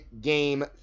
Game